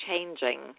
changing